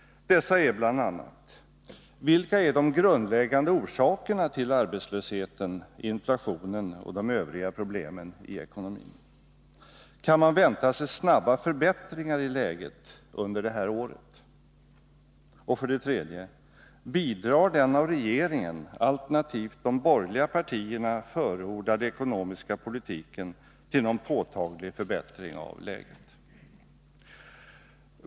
Dessa är bl.a.: Vilka är de grundläggande orsakerna till arbetslösheten, inflationen och de övriga problemen i ekonomin? Kan man vänta sig snabba förbättringar i läget under det här året? Bidrar den av regeringen, alternativt de borgerliga partierna, förordade ekonomiska politiken till någon påtaglig förbättring av läget?